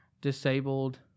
disabled